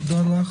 תודה לך,